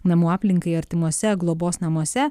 namų aplinkai artimuose globos namuose